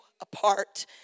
apart